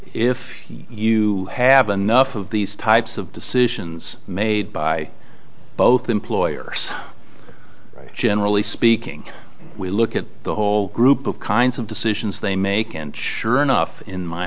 if you haven't enough of these types of decisions made by both employers generally speaking we look at the whole group of kinds of decisions they make and sure enough in my